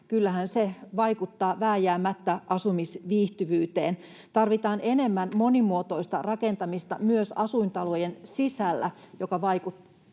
kyllähän se vaikuttaa vääjäämättä asumisviihtyvyyteen. Tarvitaan enemmän monimuotoista rakentamista myös asuintalojen sisällä, joka vaikuttaa